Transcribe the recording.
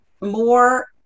more